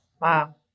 Wow